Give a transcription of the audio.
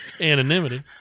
anonymity